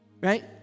Right